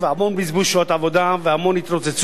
המון בזבוז שעות עבודה והמון התרוצצות